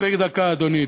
מספיקה דקה, אדוני.